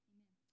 Amen